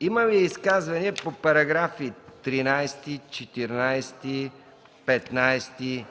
Има ли изказвания по параграфи 13, 14, 15,